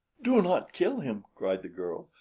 do not kill him, cried the girl,